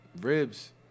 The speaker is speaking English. ribs